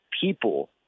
people